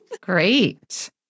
Great